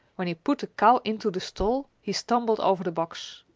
when he put the cow into the stall, he stumbled over the box.